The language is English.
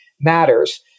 matters